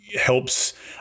helps